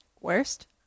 worst